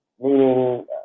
Meaning